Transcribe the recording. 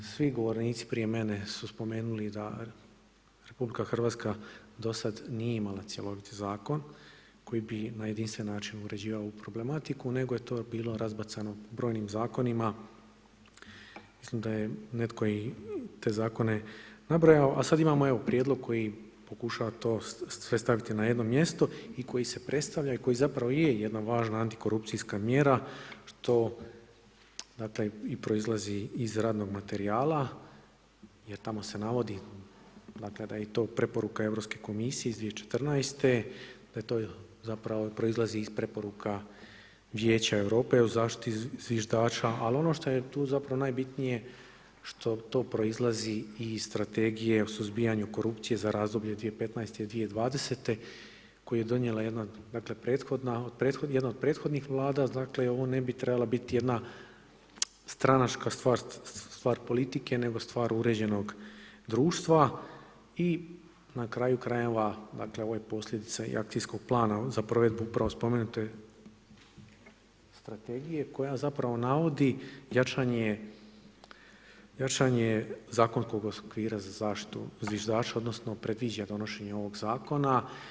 Svi govornici prije mene su spomenuli da RH do sad nije imala cjeloviti zakon koji bi na jedinstven način uređivao ovu problematiku, nego je to bilo razbacano brojnim zakonima, mislim da je netko i te zakone nabrojao, a sad imamo prijedlog koji pokušava to sve staviti na jedno mjesto i koji se predstavlja i koji zapravo je jedna važna antikorupcijska mjera što dakle i proizlazi iz radnog materijala jer tamo se navodi dakle da je i to preporuka Europske komisije iz 2014., da to zapravo proizlazi iz preporuka Vijeća Europe o zaštiti zviždača ali ono što je tu zapravo ono što je najbitnije, što to proizlazi iz Strategije o suzbijanje korupcije za razdoblje 2015.-2020. koji je donijela jedna od prethodnih Vlada, dakle ovo ne bi trebala biti jedna stranačka stvar politike nego stvar uređenog društva i na kraju krajeva dakle ovo je posljedica i akcijskog plana za provedbu spomenute strategije koja zapravo navodi jačanje zakonskog okvira za zaštitu zviždača odnosno predviđa donošenje ovog zakona.